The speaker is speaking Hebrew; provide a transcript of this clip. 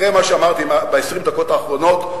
אחרי מה שאמרתי ב-20 הדקות האחרונות,